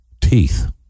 teeth